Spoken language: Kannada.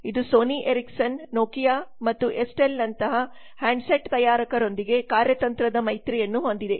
ಇದುಸೋನಿ ಎರಿಕ್ಸನ್ ನೋಕಿಯಾ ಮತ್ತು ಎಸ್ ಟೆಲ್ ನಂತಹಹ್ಯಾಂಡ್ಸೆಟ್ ತಯಾರಕರೊಂದಿಗೆಕಾರ್ಯತಂತ್ರದ ಮೈತ್ರಿಯನ್ನು ಹೊಂದಿದೆ